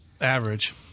average